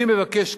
אני מבקש שקיפות.